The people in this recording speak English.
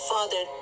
Father